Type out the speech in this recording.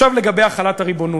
עכשיו לגבי החלת הריבונות,